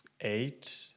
eight